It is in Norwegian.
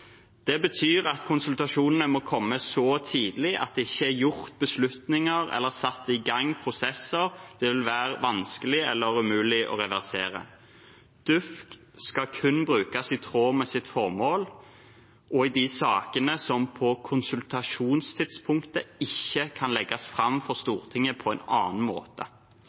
Det betyr at konsultasjonene må komme så tidlig at det ikke er gjort beslutninger eller satt i gang prosesser som det vil være vanskelig eller umulig å reversere. DUUFK skal kun brukes i tråd med sitt formål og i de sakene som på konsultasjonstidspunktet ikke kan legges fram for Stortinget på en annen måte.